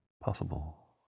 possible